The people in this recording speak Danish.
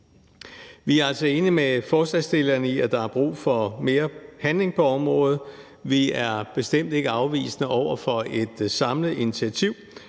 Vi er altså enige med forslagsstillerne i, at der er brug for mere handling på området. Vi er bestemt ikke afvisende over for et samlet initiativ